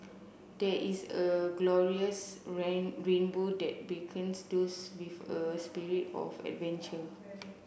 there is a glorious rainbow that beckons those with a spirit of adventure